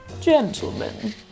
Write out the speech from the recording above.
Gentlemen